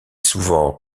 souvent